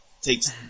takes